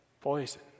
poison